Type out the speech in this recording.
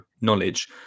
knowledge